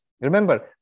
Remember